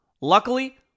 Luckily